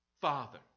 Father